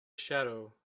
shadow